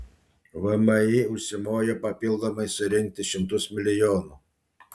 vmi užsimojo papildomai surinkti šimtus milijonų